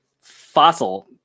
fossil